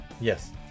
Yes